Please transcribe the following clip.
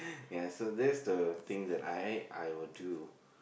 yeah so that's the thing I ain't I will do